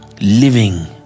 living